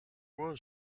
was